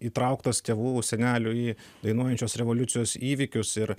įtrauktas tėvų senelių į dainuojančios revoliucijos įvykius ir